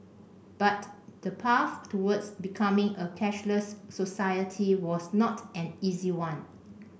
but the path towards becoming a cashless society was not an easy one